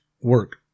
work